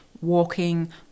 walking